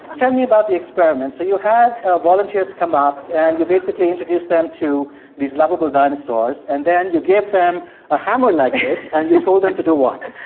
tell me about the experiment. so you had volunteers come up, and you basically introduced them to these lovable dinosaurs. and then you give them a hammer like this. and you told them to do what?